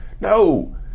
no